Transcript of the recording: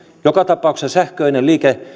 joka tapauksessa sähköinen